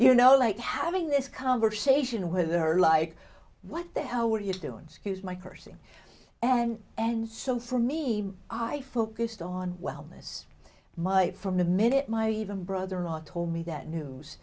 you know like having this conversation with her like what the hell were you doing scuse my cursing and and so for me i focused on wellness my from the minute my even brother in law told me that news